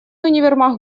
универмаг